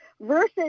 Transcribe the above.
versus